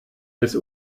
des